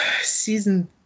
Season